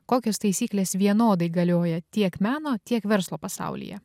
kokios taisyklės vienodai galioja tiek meno tiek verslo pasaulyje